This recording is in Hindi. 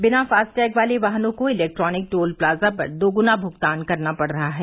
बिना फास्टैग वाले वाहनों को इलेक्ट्रॉनिक टोल प्लाजा पर दोगुना भूगतान करना पड रहा है